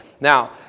Now